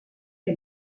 que